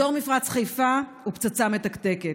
אזור מפרץ חיפה הוא פצצה מתקתקת.